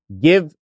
Give